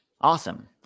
Awesome